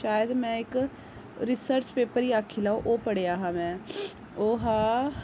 शायद में इक रिसर्च पेपर गै आक्खी लेओ पढ़ेआ हा में ओह् हा